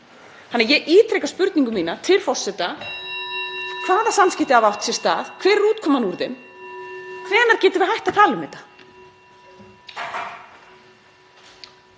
Ég ítreka spurningu mína til forseta: Hvaða samskipti hafa átt sér stað, hver er útkoman úr þeim? Hvenær getum við hætt að tala um þetta?